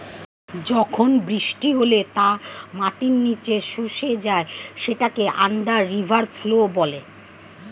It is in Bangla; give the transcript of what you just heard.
যখন বৃষ্টি হলে তা মাটির নিচে শুষে যায় সেটাকে আন্ডার রিভার ফ্লো বলে